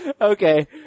Okay